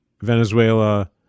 Venezuela